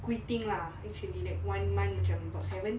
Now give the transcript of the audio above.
quitting lah actually like one month macam about seven